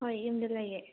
ꯍꯣꯏ ꯌꯨꯝꯗ ꯂꯩꯌꯦ